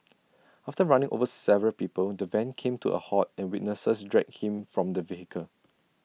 after running over several people the van came to A halt and witnesses dragged him from the vehicle